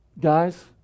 Guys